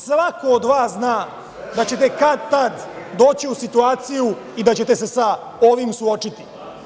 Svako od vas zna da ćete kad tad doći u situaciju i da ćete se sa ovim suočiti.